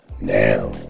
now